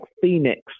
Phoenix